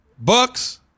Bucks